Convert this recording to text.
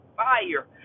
fire